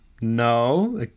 no